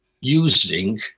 using